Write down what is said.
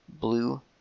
blue